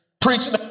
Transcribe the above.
preaching